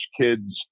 kids